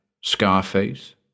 Scarface